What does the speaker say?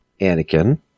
Anakin